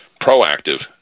proactive